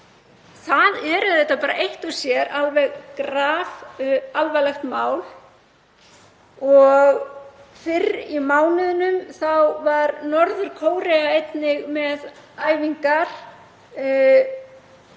Það er eitt og sér alveg grafalvarlegt mál. Fyrr í mánuðinum var Norður-Kórea einnig með æfingar